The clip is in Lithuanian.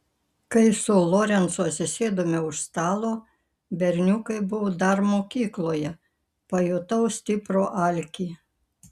kai su lorencu atsisėdome už stalo berniukai buvo dar mokykloje pajutau stiprų alkį